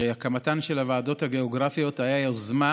שהקמתן של הוועדות הגיאוגרפיות הייתה יוזמה